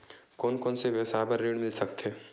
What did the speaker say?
कोन कोन से व्यवसाय बर ऋण मिल सकथे?